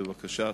תודה רבה.